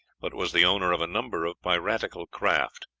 but was the owner of a number of piratical craft,